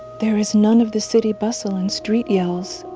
there is none of the city bustle and street yells.